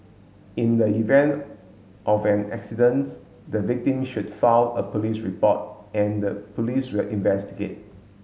in the event of an accidents the victim should file a police report and the Police will investigate